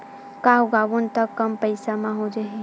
का उगाबोन त कम पईसा म हो जाही?